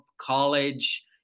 college